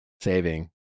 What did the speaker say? saving